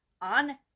on